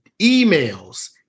emails